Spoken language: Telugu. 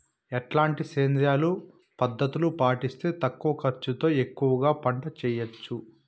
ఎట్లాంటి సేంద్రియ పద్ధతులు పాటిస్తే తక్కువ ఖర్చు తో ఎక్కువగా పంట చేయొచ్చు?